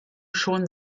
schon